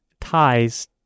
ties